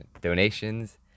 donations